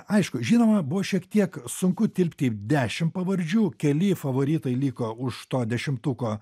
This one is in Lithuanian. aišku žinoma buvo šiek tiek sunku tilpti į dešim pavardžių keli favoritai liko už to dešimtuko